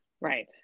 right